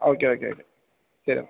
okay okay okay ശരി എന്നാൽ